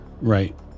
Right